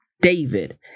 David